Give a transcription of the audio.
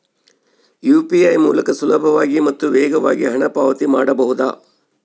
UPI ಮೂಲಕ ಸುಲಭವಾಗಿ ಮತ್ತು ವೇಗವಾಗಿ ಹಣ ಪಾವತಿ ಮಾಡಬಹುದಾ?